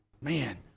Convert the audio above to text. man